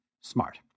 smart